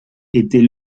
était